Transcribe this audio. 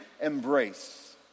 embrace